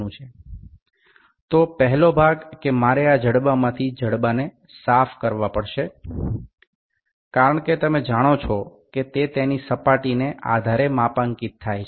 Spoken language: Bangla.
অর্থাৎ প্রথম টি হল আমাকে বাহুগুলির এই অংশটি পরিষ্কার করতে হবে কারণ আপনি জানেন যে এই পৃষ্ঠের উপর ভিত্তি করে ক্রমাঙ্কন করা হয়